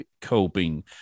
coping